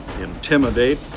intimidate